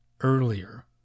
earlier